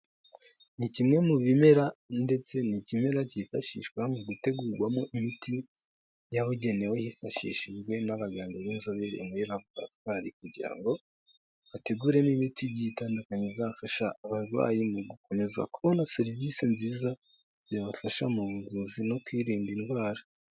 Ni kimwe mu bimera ndetse ni ikimera cyifashishwa mu gutegurwamo imiti yabugenewe hifashishijwe n'abaganga b'inzobere muri laboratwari kugira ngo bateguremo imiti igiye itandukanye, bizafasha abarwayi mu gukomeza kubona serivisi nziza zibafasha mu buvuzi no kwirinda indwara.